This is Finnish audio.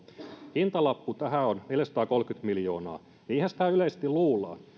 hintalappu tälle on neljäsataakolmekymmentä miljoonaa niinhän sitä yleisesti luullaan